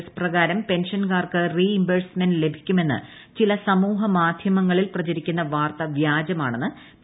S പ്രകാരം പെൻഷൻകാർക്ക് reimbursement ലഭിക്കുമെന്ന് ചില സാമൂഹൃമാധൃമങ്ങളിൽ പ്രചരിക്കുന്ന വാർത്ത വ്യാജമാണെന്ന് പി